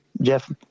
Jeff